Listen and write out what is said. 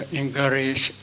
encourage